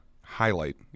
highlight